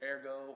Ergo